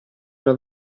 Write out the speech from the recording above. una